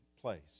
place